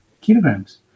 kilograms